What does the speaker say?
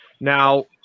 Now